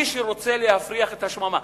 מי שרוצה להפריח את השממה.